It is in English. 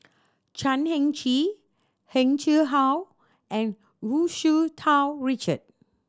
Chan Heng Chee Heng Chee How and Wu Tsu Tau Richard